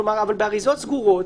אבל באריזות סגורות.